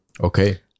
Okay